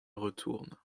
retourne